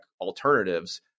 alternatives